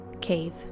Cave